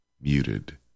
muted